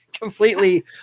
completely